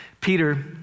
Peter